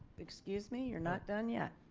excuse me. you're not done yet.